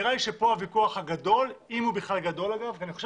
נראה לי שפה הוויכוח אם הוא בכלל וכוח גדול.